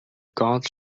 gods